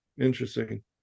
Interesting